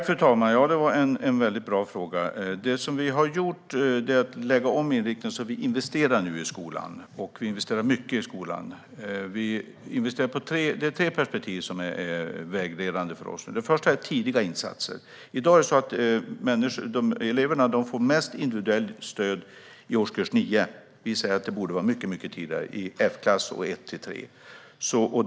Fru talman! Ja, det var en väldigt bra fråga. Vi har lagt om inriktningen så att vi nu investerar i skolan. Vi investerar mycket i skolan. Det är tre perspektiv som är vägledande för oss. Det första är tidiga insatser. I dag får eleverna mest individuellt stöd i årskurs 9. Vi säger att det borde vara mycket tidigare - i F-klass och årskurs 1-3.